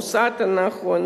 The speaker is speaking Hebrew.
המוסד הנכון,